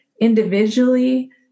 individually